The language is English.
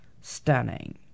Stunning